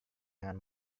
dengan